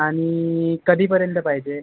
आणि कधीपर्यंत पाहिजे